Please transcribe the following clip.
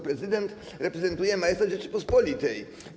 Prezydent reprezentuje majestat Rzeczypospolitej.